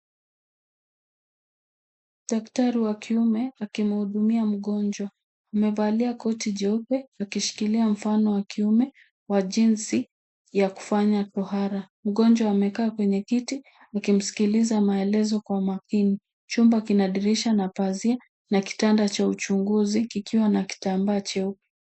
Daktari wa kiume akimhudumia mgonjwa. Amevalia koti jeupe akishikilia kiume wa jinsi ya kufanya tohara. Mgonjwa amekaa kwenye kiti akimsikiliza maelezo kwa makini. Chumba kina madirisha na paa zee na kitambara cha uchunguzi ikiwa na kitambaa cheupe.